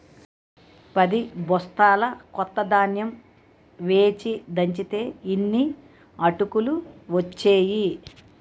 పదిబొస్తాల కొత్త ధాన్యం వేచి దంచితే యిన్ని అటుకులు ఒచ్చేయి